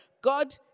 God